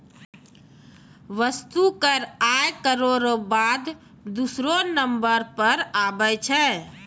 वस्तु कर आय करौ र बाद दूसरौ नंबर पर आबै छै